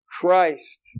Christ